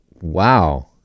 Wow